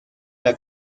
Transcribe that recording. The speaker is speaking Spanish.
las